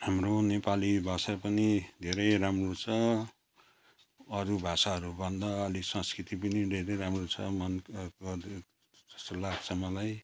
हाम्रो नेपाली भाषा पनि धेरै राम्रो छ अरू भाषाहरूभन्दा अलिक संस्कृति पनि धेरै राम्रो छ मनपर्दो जस्तो लाग्छ मलाई